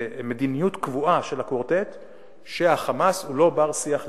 מדיניות קבועה של הקוורטט שה"חמאס" הוא לא בר-שיח לגיטימי,